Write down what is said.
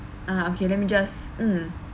uh okay let me just mm